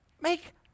Make